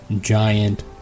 giant